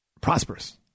prosperous